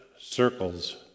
circles